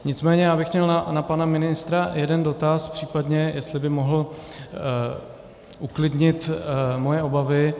Nicméně já bych měl na pana ministra jeden dotaz, případně jestli by mohl uklidnit moje obavy.